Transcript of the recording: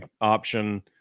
option